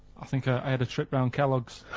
i think i had a trip around kellog's.